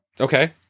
Okay